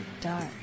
dark